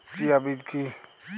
Chia বীজ কী?